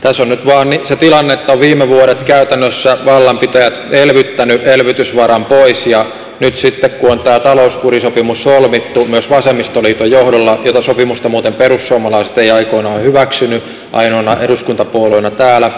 tässä on nyt vain se tilanne että viime vuodet käytännössä vallanpitäjät ovat elvyttäneet elvytysvaran pois ja nyt sitten kun on tämä talouskurisopimus solmittu myös vasemmistoliiton johdolla jota sopimusta muuten perussuomalaiset ei aikoinaan hyväksynyt ainoana eduskuntapuolueena täällä